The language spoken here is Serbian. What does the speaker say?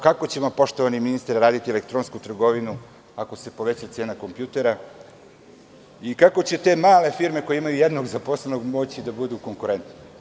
Kako ćemo, poštovani ministre, raditi elektronsku trgovinu kada se poveća cena kompjutera i kako će te male firme koje imaju jednog zaposlenog moći da budu konkurentne?